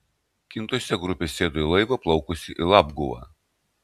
kintuose grupė sėdo į laivą plaukusį į labguvą